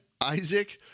Isaac